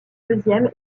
deuxième